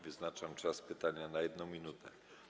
Wyznaczam czas pytania na 1 minutę.